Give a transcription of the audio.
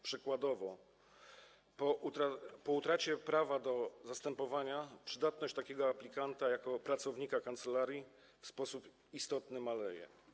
Przykładowo po utracie prawa do zastępowania przydatność takiego aplikanta jako pracownika kancelarii w sposób istotny maleje.